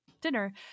dinner